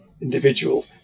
individual